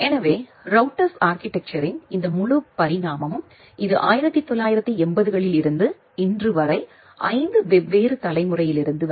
எனவே ரௌட்டர்ஸ் ஆர்கிடெக்சர்ரின் இந்த முழு பரிணாமமும் இது 1980 களில் இருந்து இன்று வரை 5 வெவ்வேறு தலைமுறையிலிருந்து வந்தது